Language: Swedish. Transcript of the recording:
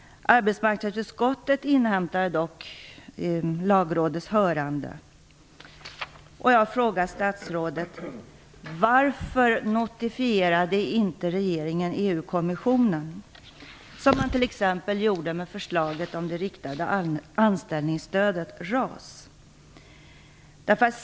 Arbetsmarknadsutskottet inhämtade dock lagrådets yttrande. Jag frågar statsrådet: Varför notifierade inte regeringen EU-kommissionen, som den t.ex. gjorde med förslaget om det riktade anställningsstödet, RAS?